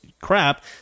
crap